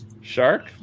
Shark